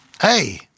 hey